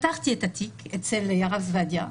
נתקל בצו עיכוב יציאה מן הארץ ולאחר מכן מגיע לרב זבדיה,